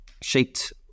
shaped